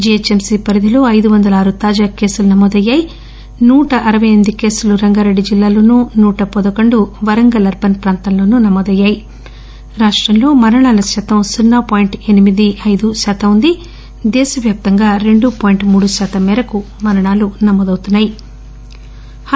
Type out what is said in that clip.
GH MC పరిధిలో ఐదు వందల ఆరు తాజా కేసులు నమోదయ్యాయి నూట అరపై ఎనిమిది కేసులు రంగారెడ్డిలోనూ నూట పదకొండు వరంగల్ అర్బన్ ప్రాంతంలోనూ నమోదయ్యా రాష్టంలో మరణాల శాతం సున్నా పాయింట్ ఎనిమిది ఐదు శాతం మంది దేశవ్యాప్తంగా రెండు పాయింట్ మూడు శాతం మరణాలు నమోదవుతున్నా యి